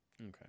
Okay